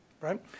right